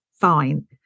fine